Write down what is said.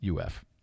UF